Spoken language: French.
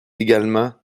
également